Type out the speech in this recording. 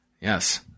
Yes